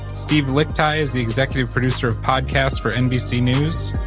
steve lickteig is the executive producer of podcasts for nbc news.